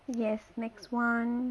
yes next [one]